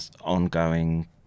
ongoing